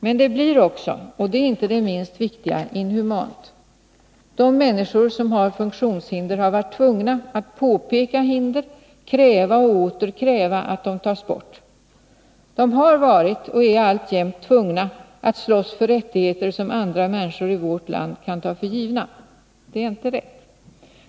Men att underlåta att göra det blir, och det är inte minst viktigt, inhumant. De människor som har funktionshinder har varit tvungna att påpeka hinder, kräva och åter kräva att de tas bort. De har varit, och är alltjämt, tvungna att slåss för rättigheter som andra människor i vårt land kan ta för givna. Det är inte rätt.